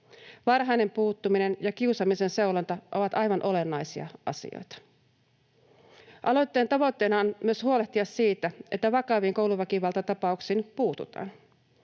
Varhainen puuttuminen ja kiusaamisen seulonta ovat aivan olennaisia asioita. Aloitteen tavoitteena on myös huolehtia siitä, että vakaviin kouluväkivaltatapauksiin puututaan.